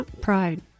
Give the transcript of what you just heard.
Pride